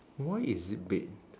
why is it bed